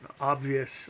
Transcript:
obvious